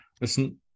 listen